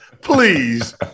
Please